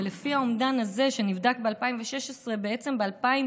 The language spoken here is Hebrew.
ולפי האומדן הזה, שנבדק ב-2016, בעצם ב-2020